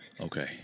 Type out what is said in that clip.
Okay